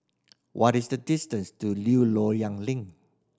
what is the distance to New Loyang Link